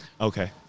Okay